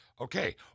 Okay